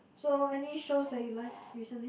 so any shows that you like recently